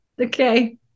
Okay